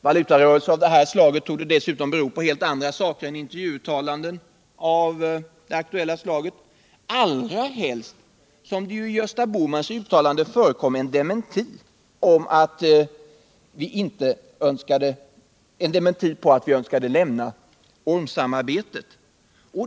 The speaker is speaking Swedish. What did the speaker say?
Valutarörelser av detta slag torde dessutom bero på helt andra saker än intervjuuttalanden av det aktuella slaget, allra helst som det i Gösta Bohmans uttalande förekom en dementi av att vi önskade lämna ormsamarbetet.